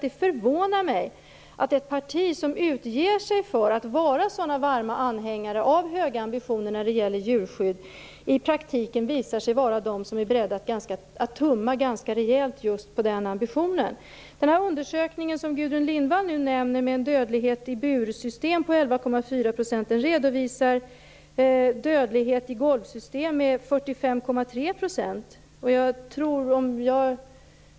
Det förvånar mig att ett parti som utger sig för att vara en varm anhängare av höga ambitioner när det gäller djurskydd i praktiken visar sig vara det parti som är berett att tumma ganska rejält just på den ambitionen. I den undersökning som Gudrun Lindvall nämner om en dödlighet i bursystem på 11,4 % redovisas en dödlighet i golvsystem på 45,3 %.